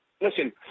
listen